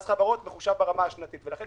מס חברות מחושב ברמה השנתית ולכן,